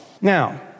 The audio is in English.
Now